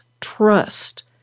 trust